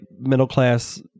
middle-class